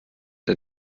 der